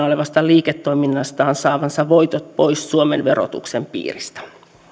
olevasta liiketoiminnastaan saamansa voitot pois suomen verotuksen piiristä